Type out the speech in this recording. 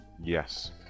Yes